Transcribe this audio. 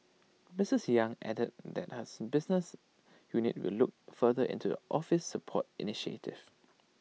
Misters yang added that her's business unit will look further into the office's support initiatives